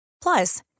plus